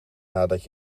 nadat